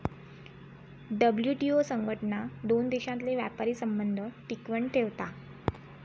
WTO संघटना दोन देशांतले व्यापारी संबंध टिकवन ठेवता